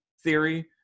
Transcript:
theory